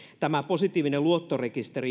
tämä positiivinen luottorekisteri